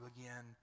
again